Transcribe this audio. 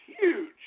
huge